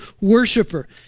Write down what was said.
worshiper